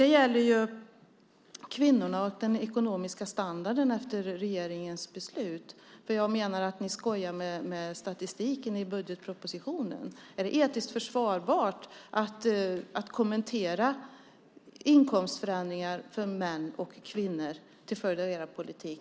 Det gäller då kvinnorna och den ekonomiska standarden efter regeringens beslut. Jag menar att ni i budgetpropositionen skojar med statistiken. Är det etiskt försvarbart att på det sättet kommentera inkomstförändringar för män och kvinnor till följd av er politik?